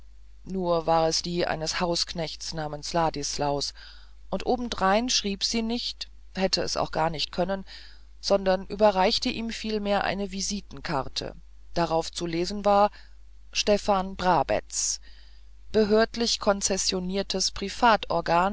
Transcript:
nur war es die eines hausknechts namens ladislaus und obendrein schrieb sie nicht hätte es auch gar nicht können sondern überreichte ihm vielmehr eine visitenkarte darauf zu lesen war stefan brabetz behördlich